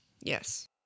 Yes